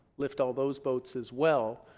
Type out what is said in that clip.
lift all those boats as well,